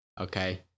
okay